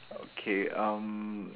okay um